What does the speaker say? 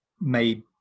made